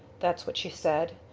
that's what she said.